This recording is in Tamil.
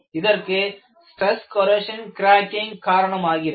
இதற்கு ஸ்டிரஸ் கொரோஷன் கிராகிங் காரணமாகிறது